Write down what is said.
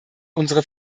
unsere